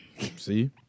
See